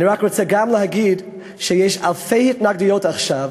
אני רק רוצה להגיד שיש אלפי התנגדויות עכשיו